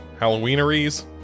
Halloweeneries